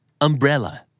Umbrella